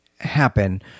happen